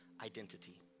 identity